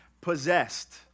possessed